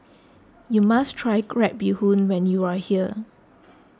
you must try Crab Bee Hoon when you are here